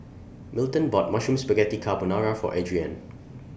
Milton bought Mushroom Spaghetti Carbonara For Adriene